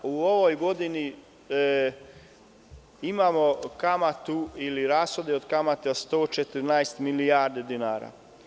U ovoj godini imamo kamatu ili rashode od kamata od 114 milijardi dinara.